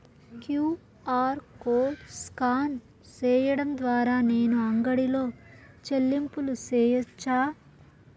QR code scan సేయడం ద్వారా నేను అంగడి లో చెల్లింపులు సేయొచ్చా?